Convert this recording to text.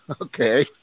okay